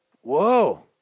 Whoa